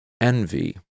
envy